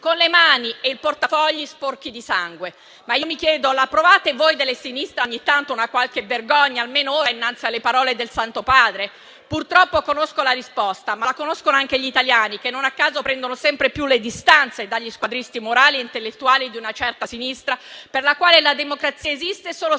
con le mani e il portafogli sporchi di sangue. Ma io mi chiedo: la provate, voi della sinistra, ogni tanto, una qualche vergogna o almeno ora, innanzi alle parole del Santo Padre? Purtroppo conosco la risposta, ma la conoscono anche gli italiani, che non a caso prendono sempre più le distanze dagli squadristi morali e intellettuali di una certa sinistra per la quale la democrazia esiste solo se